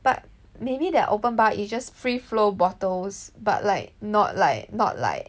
but maybe that open bar is just free flow bottles but like not like not like